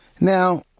Now